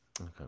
Okay